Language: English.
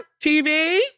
tv